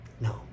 no